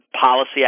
policy